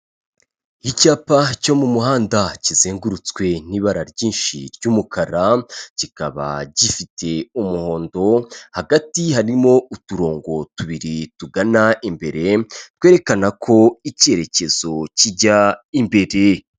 Icyapa cyo mu muhanda kizengurutswe n'ibara ryinshi ry'umukara, kikaba gifite umuhondo hagati harimo uturongo tubiri tugana imbere, twerekana ko icyerekezo kijya imbere.